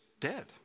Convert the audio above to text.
Dead